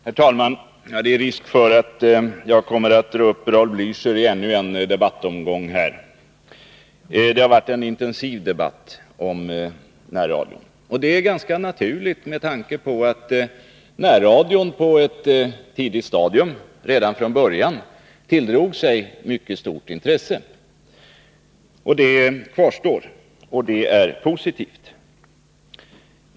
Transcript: Herr talman! Det är risk för att jag kommer att dra upp Raul Blächer i ännu en debattomgång. Det har varit en intensiv debatt om närradion, och det är ganska naturligt med tanke på att närradion på ett tidigt stadium, redan från början, tilldrog sig mycket stort intresse. Det kvarstår, och det är positivt.